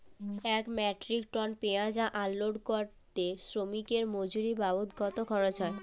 এক metric tonne পেঁয়াজ unload করতে শ্রমিকের মজুরি বাবদ কত খরচ হয়?